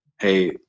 hey